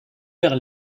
vers